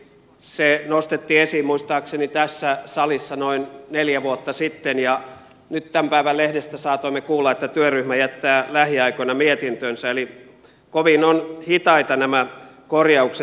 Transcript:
se nostettiin esiin muistaakseni tässä salissa noin neljä vuotta sitten ja nyt tämän päivän lehdestä saatoimme lukea että työryhmä jättää lähiaikoina mietintönsä eli kovin ovat hitaita nämä korjaukset